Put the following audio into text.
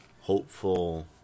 hopeful